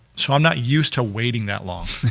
so i'm not used to waiting that long.